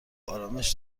آرامش